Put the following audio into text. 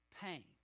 pain